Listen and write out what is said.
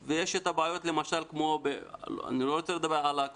יש מפגשים שעשו פסיכולוגיים מטעמנו למאות גננות לצורך מתן כלים